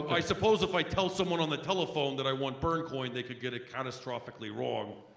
i suppose if i tell someone on the telephone that i want bern coin, they could get it catastrophically wrong